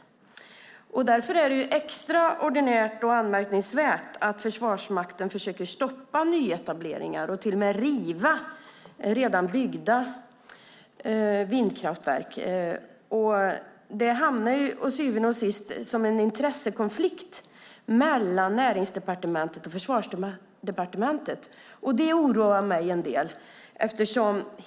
Därför är det extraordinärt och anmärkningsvärt att Försvarsmakten försöker stoppa nyetableringar och till och med riva redan byggda vindkraftverk. Det blir till syvende och sist en intressekonflikt mellan Näringsdepartementet och Försvarsdepartementet. Det oroar mig en del.